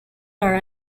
are